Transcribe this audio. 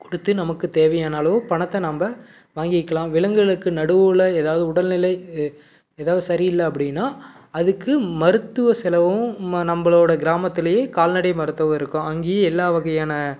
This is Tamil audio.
கொடுத்து நமக்கு தேவையான அளவு பணத்தை நம்ம வாங்கிக்கலாம் விலங்குகளுக்கு நடுவில் ஏதாவது உடல்நிலை ஏதாவது சரியில்லை அப்படின்னா அதுக்கு மருத்துவ செலவும் நம்மளோட கிராமத்துலேயே கால்நடை மருத்துவம் இருக்கும் அங்கேயே எல்லா வகையான